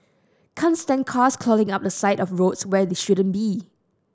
can't stand cars clogging up the side of roads where they shouldn't be